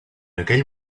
aquell